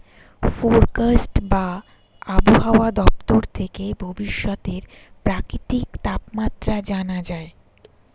forecast বা আবহাওয়া দপ্তর থেকে ভবিষ্যতের প্রাকৃতিক তাপমাত্রা জানা যায়